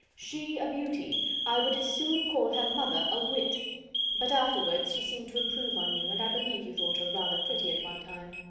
she a beauty i should as soon call her mother a wit but afterwards she seemed to improve on you, and i believe you thought her rather pretty at one time.